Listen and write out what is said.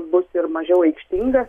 bus ir mažiau aikštinga